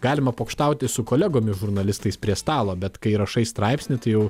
galima pokštauti su kolegomis žurnalistais prie stalo bet kai rašai straipsnį tai jau